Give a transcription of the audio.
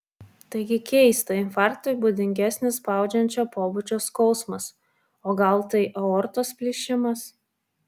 taigi keista infarktui būdingesnis spaudžiančio pobūdžio skausmas o gal tai aortos plyšimas